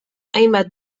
hainbat